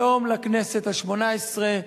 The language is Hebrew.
שלום לכנסת השמונה-עשרה.